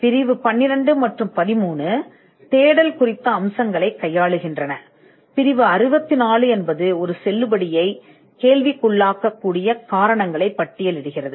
இப்போது பிரிவு 12 மற்றும் 13 செல்லுபடியாகும் தேடல் அம்சங்களின் அம்சங்களுடன் பிரிவு 64 இல் கையாளப்படுகிறது இது ஒரு செல்லுபடியை கேள்விக்குட்படுத்தக்கூடிய காரணங்களை பட்டியலிடுகிறது